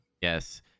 yes